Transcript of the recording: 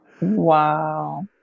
wow